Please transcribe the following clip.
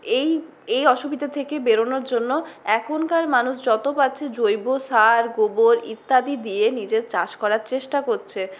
এই এই অসুবিধা থেকে বেরোনোর জন্য এখনকার মানুষ যত পারছে জৈব সার গোবর ইত্যাদি দিয়ে নিজের চাষ করার চেষ্টা করছে